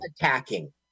attacking